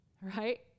Right